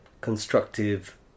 constructive